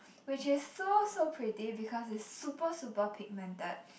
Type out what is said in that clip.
which is so so pretty because it's super super pigmented